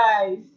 guys